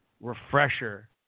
refresher